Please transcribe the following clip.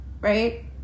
right